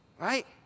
Right